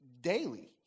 daily